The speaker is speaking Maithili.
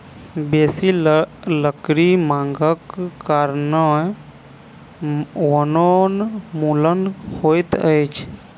बेसी लकड़ी मांगक कारणें वनोन्मूलन होइत अछि